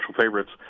favorites